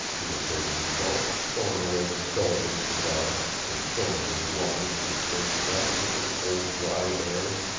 he assured himself, throwing away the stub of his cigar and filling his lungs with great breaths of the cold, dry air.